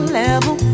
level